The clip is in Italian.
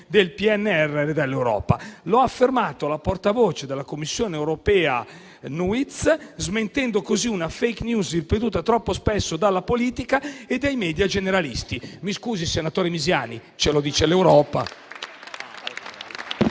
del PNRR dall'Europa: lo ha affermato la portavoce della Commissione europea Nuyts, smentendo così una *fake news* ripetuta troppo spesso dalla politica e dai *media* generalisti. Mi scusi, senatore Misiani, ce lo dice l'Europa.